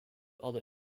other